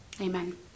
amen